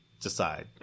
decide